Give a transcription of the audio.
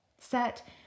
Set